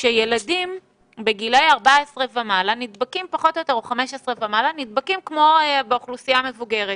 שילדים בגילאי 14 ומעלה או 15 ומעלה נדבקים כמו באוכלוסייה המבוגרת,